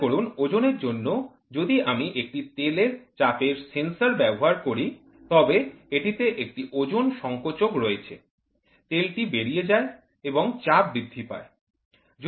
মনে করুন ওজনের জন্য যদি আমি একটি তেলের চাপের সেন্সর ব্যবহার করি তবে এটিতে একটি ওজন সংকোচক রয়েছে তেলটি বেরিয়ে যায় এবং চাপ বৃদ্ধি পায়